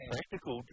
Practical